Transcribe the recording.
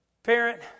Parent